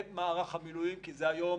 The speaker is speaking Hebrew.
הן מערך המילואים כי היום